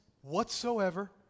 whatsoever